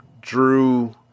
Drew